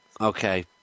Okay